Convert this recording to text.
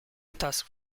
task